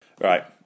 right